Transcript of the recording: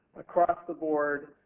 across the board,